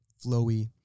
flowy